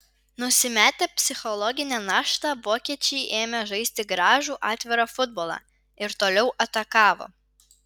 nusimetę psichologinę naštą vokiečiai ėmė žaisti gražų atvirą futbolą ir toliau atakavo